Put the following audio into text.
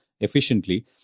efficiently